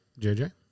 JJ